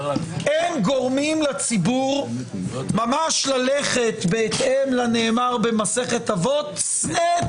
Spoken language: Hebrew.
הם גורמים לציבור ללכת בהתאם לנאמר במסכת אבות: "שנא את